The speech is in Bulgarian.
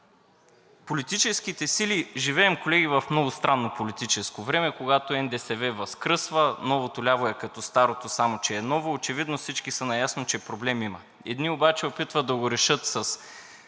Колеги, живеем в много странно политическо време, когато НДСВ възкръсва, новото ляво е като старото, само че е ново. Очевидно всички са наясно, че проблем има. Едни обаче опитват да го решат с